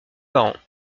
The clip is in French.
parents